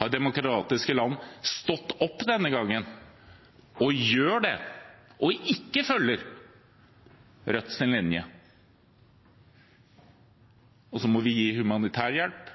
har demokratiske land stått opp denne gangen og gjør det, og følger ikke Rødts linje. Så må vi gi humanitær hjelp,